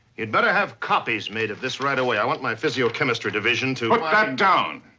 you'd better have copies made of this right away. i want my physiochemistry division to. put that down!